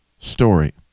story